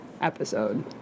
episode